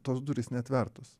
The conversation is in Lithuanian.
tos durys neatvertos